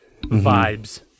vibes